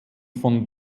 von